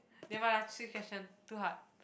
nevermind lah change question too hard